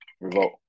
Revolt